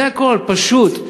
זה הכול, פשוט.